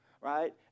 right